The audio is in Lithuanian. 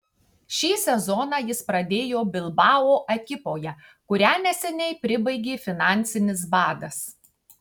šį sezoną jis pradėjo bilbao ekipoje kurią neseniai pribaigė finansinis badas